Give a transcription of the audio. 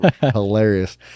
hilarious